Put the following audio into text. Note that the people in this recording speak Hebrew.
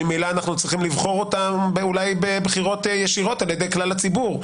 ממילא אנחנו צריכים לבחור אותם אולי בבחירות ישירות על ידי כלל הציבור.